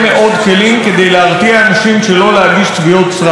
כדי להרתיע אנשים שלא להגיש תביעות סרק.